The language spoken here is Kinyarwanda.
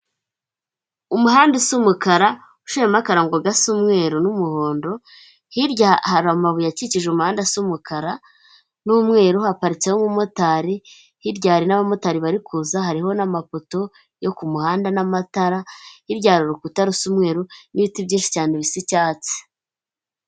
Umuhanda usa umukara ushoyemo amakarongo gasa umweru n'umuhondo, hirya hari amabuye akikije umuhanda asa umukara n'umweru haparitseho umumotari, hirya hari n'abamotari bari kuza hariho n'amapoto yo ku muhanda n'amatara, hirya hari urukuta rusa umweru n'ibiti byinshi cyane bisa icyatsi.